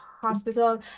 hospital